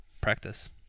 practice